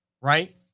right